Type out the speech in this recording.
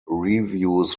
reviews